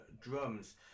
drums